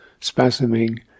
spasming